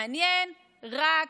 מעניין רק